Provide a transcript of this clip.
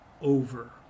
over